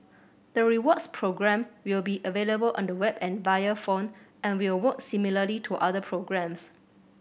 the rewards program will be available on the web and via phone and will work similarly to other programs